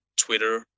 twitter